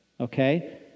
okay